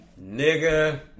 Nigga